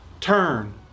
turn